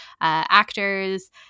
actors